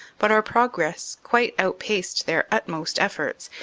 but our progress quite outpaced their utmost efforts,